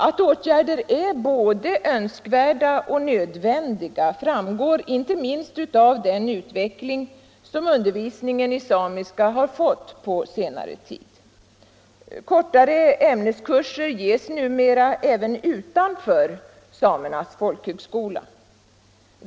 Att åtgärder är både önskvärda och nödvändiga framgår inte minst av den utveckling som undervisningen i samiska har fått på senare tid. Kortare ämneskurser ordnas numera även utanför Samernas folkhögskola.